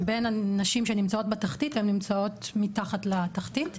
בין הנשים שנמצאות בתחתית, הן נמצאות מתחת לתחתית.